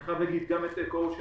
אני חייב להזכיר גם את אקואושן,